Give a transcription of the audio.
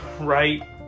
Right